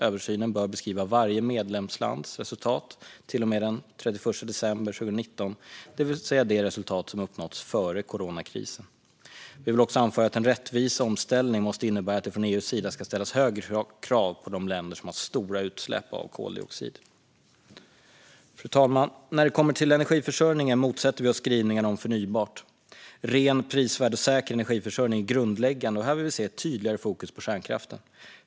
Översynen bör beskriva varje medlemslands resultat till och med den 31 december 2019, det vill säga de resultat som uppnåtts före coronakrisen. Vi vill också anföra att en rättvis omställning måste innebära att det från EU:s sida ska ställas högre krav på de länder som har stora utsläpp av koldioxid. Fru talman! När det kommer till energiförsörjning motsätter vi oss skrivningarna om förnybart. Ren, prisvärd och säker energiförsörjning är grundläggande, och här vill vi se ett tydligare fokus på kärnkraften.